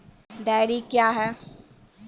Dairy क्या हैं?